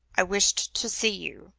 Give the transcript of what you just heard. i wished to see you,